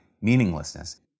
meaninglessness